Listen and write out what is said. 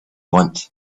want